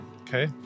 Okay